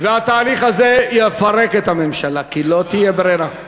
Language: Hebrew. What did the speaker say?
והתהליך הזה יפרק את הממשלה, כי לא תהיה ברירה.